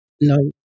No